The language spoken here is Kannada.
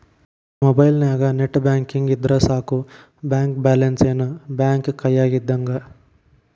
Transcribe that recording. ಮೊಬೈಲ್ನ್ಯಾಗ ನೆಟ್ ಬ್ಯಾಂಕಿಂಗ್ ಇದ್ರ ಸಾಕ ಬ್ಯಾಂಕ ಬ್ಯಾಲೆನ್ಸ್ ಏನ್ ಬ್ಯಾಂಕ ಕೈಯ್ಯಾಗ ಇದ್ದಂಗ